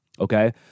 Okay